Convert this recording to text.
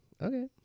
Okay